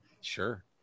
Sure